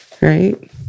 Right